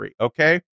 okay